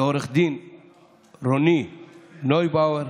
לעו"ד רני נויבואר,